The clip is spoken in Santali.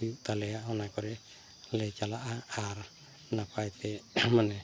ᱦᱩᱭᱩᱜ ᱛᱟᱞᱮᱭᱟ ᱚᱱᱟ ᱠᱚᱨᱮᱞᱮ ᱪᱟᱞᱟᱜᱼᱟ ᱟᱨ ᱱᱟᱯᱟᱭᱛᱮ ᱢᱟᱱᱮ